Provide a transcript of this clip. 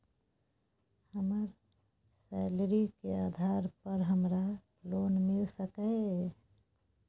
हमर सैलरी के आधार पर हमरा लोन मिल सके ये?